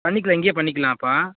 பண்ணிக்கலாம் இங்கே பண்ணிக்கலாம் அப்பா